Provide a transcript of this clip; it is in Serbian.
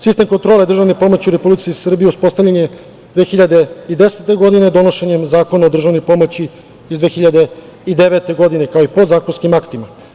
Sistem kontrole državne pomoći u Republici Srbiji uspostavljen je 2010. godine, donošenjem Zakona o državnoj pomoći, iz 2009. godine, kao i podzakonskim aktima.